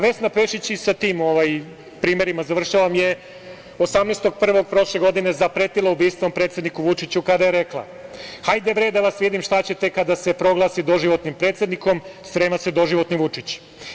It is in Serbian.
Vesna Pešić, i sa tim primerima završavam, je 18.01. prošle godine zapretila ubistvom predsedniku Vučiću kada je rekla: "Hajde, bre, da vas vidim šta ćete kada se proglasi doživotnim predsednikom, sprema se doživotni Vučić.